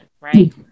right